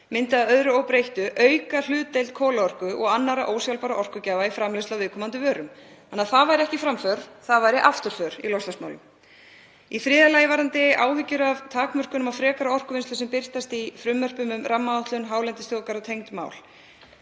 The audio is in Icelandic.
myndi að öðru óbreyttu auka hlutdeild kolaorku og annarra ósjálfbærra orkugjafa í framleiðslu á viðkomandi vörum þannig að það væri ekki framför. Það væri afturför í loftslagsmálum. Í þriðja lagi, varðandi áhyggjur af takmörkunum á frekari orkuvinnslu sem birtast í þingmálum um rammaáætlun og hálendisþjóðgarð og tengd mál,